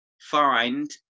find